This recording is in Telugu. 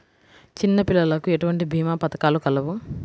చిన్నపిల్లలకు ఎటువంటి భీమా పథకాలు కలవు?